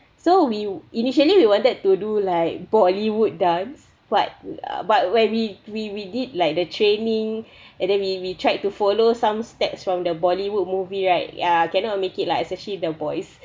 so we initially we wanted to do like bollywood dance but but when we we we did like the training and then we we tried to follow some steps from the bollywood movie right ya cannot make it lah especially the boys